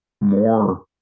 more